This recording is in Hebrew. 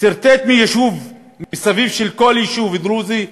סרטט סביב כל יישוב דרוזי קו,